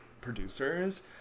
producers